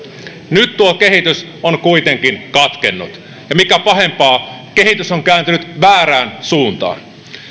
nyt tuo kehitys on kuitenkin katkennut ja mikä pahempaa kehitys on kääntynyt väärään suuntaan